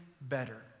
better